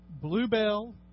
bluebell